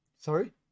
Sorry